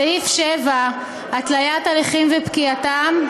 סעיף 7, התליית הליכים ופקיעתם.